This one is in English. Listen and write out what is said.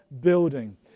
building